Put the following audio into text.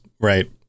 right